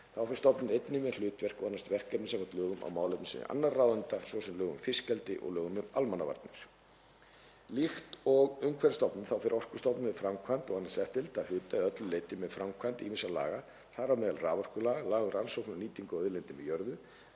Þá fer stofnunin einnig með hlutverk og annast verkefni samkvæmt lögum á málefnasviði annarra ráðuneyta, svo sem lögum um fiskeldi og lögum um almannavarnir. Líkt og Umhverfisstofnun þá fer Orkustofnun með framkvæmd og annast eftirlit að hluta eða öllu leyti með framkvæmd ýmissa laga, þar á meðal raforkulaga, laga um rannsóknir og nýtingu á auðlindum í jörðu,